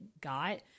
got